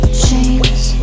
chains